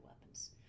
weapons